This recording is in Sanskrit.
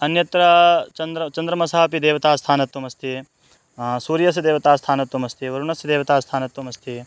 अन्यत्र चन्द्रमसः चन्द्रमसः अपि देवता स्थानत्वमस्ति सूर्यस्य देवता स्थानत्वमस्ति वरुणस्य देवता स्थानत्वमस्ति